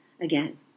again